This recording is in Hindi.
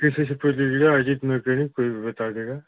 किसी से पूछ लीजिएगा अजीत मकैनिक कोई भी बता देगा